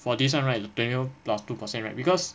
for this [one] right twenty one plus two percent right because